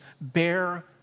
bear